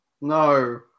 No